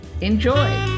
Enjoy